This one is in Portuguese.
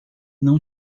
não